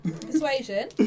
Persuasion